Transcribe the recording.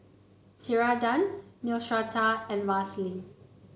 Ceradan Neostrata and Vaselin